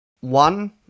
one